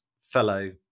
fellow